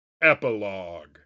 Epilogue